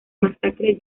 masacre